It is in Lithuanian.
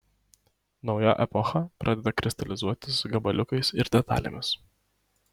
nauja epocha pradeda kristalizuotis gabaliukais ir detalėmis